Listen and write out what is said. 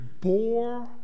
bore